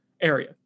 area